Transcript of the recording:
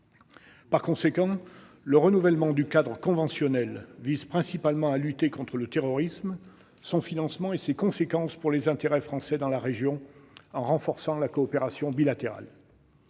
Par conséquent, le renouvellement du cadre conventionnel vise principalement à lutter contre le terrorisme, son financement et ses conséquences pour les intérêts français dans la région, en renforçant la coopération bilatérale.